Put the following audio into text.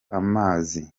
amazi